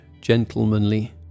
gentlemanly